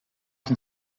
can